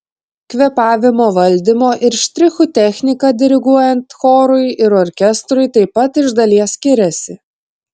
kvėpavimo valdymo ir štrichų technika diriguojant chorui ir orkestrui taip pat iš dalies skiriasi